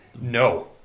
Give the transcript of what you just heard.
No